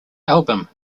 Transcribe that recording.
album